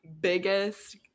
biggest